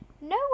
No